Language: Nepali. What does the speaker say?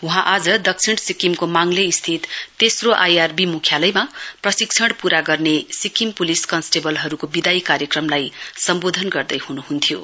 वहाँ आज दक्षिण सिक्किमको माङ्लेस्थित तेस्रो आइआरबी मुख्यालयमा प्रशिक्षण पूरागर्ने सिक्किम पुलिस कन्सटेबलहरूको विदाई कार्यक्रमलाई सम्बोधन गर्दै हुनुहुन्थ्यो